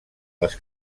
les